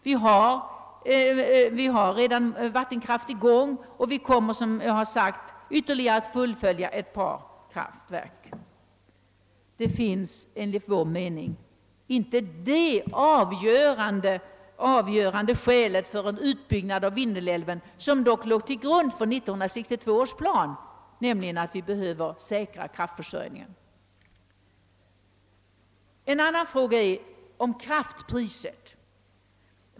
Vi har redan vattenkraft i stor omfattning och vi kom mer — som jag redan sagt — att fullfölja byggandet av ytterligare ett par kraftverk. Det avgörande skäl som låg till grund för 1962 års plan, nämligen att vi bör säkra kraftförsörjningen, föreligger enligt vår mening inte nu. En annan fråga är kraftpriset.